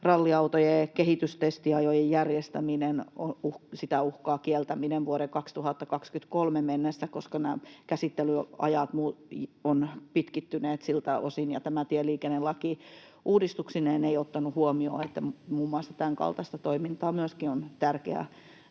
ralliajojen ja kehitystestiajojen järjestämistä uhkaa kieltäminen vuoteen 2023 mennessä, koska käsittelyajat ovat pitkittyneet siltä osin ja tämä tieliikennelaki uudistuksineen ei ottanut huomioon, että myöskin muun muassa tämänkaltaista toimintaa on tärkeä